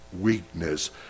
weakness